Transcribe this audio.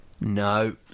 no